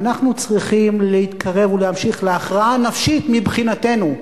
ואנחנו צריכים להתקרב ולהמשיך להכרעה נפשית מבחינתנו,